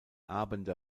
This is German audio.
abende